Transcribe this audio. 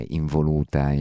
involuta